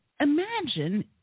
imagine